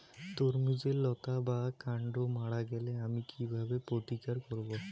তরমুজের লতা বা কান্ড মারা গেলে আমি কীভাবে প্রতিকার করব?